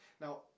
now